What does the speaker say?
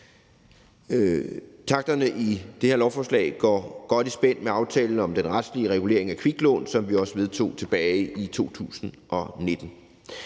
Takterne i det her lovforslag går godt i spænd med aftalen om den retslige regulering af kviklån, som vi også vedtog tilbage i 2019.